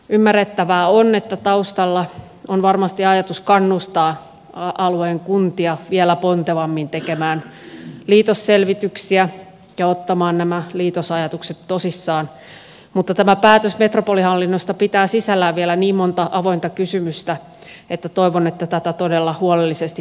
ymmärrettävää on että taustalla on varmasti ajatus kannustaa alueen kuntia vielä pontevammin tekemään liitosselvityksiä ja ottamaan nämä liitosajatukset tosissaan mutta tämä päätös metropolihallinnosta pitää sisällään vielä niin monta avointa kysymystä että toivon että tätä todella huolellisesti pohditaan